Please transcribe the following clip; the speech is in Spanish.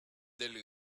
del